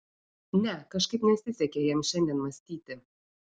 ne kažkaip nesisekė jam šiandien mąstyti